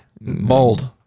Bold